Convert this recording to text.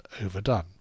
overdone